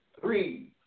three